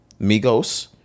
Migos